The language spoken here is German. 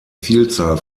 vielzahl